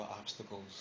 obstacles